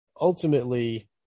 ultimately